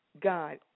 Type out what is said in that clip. God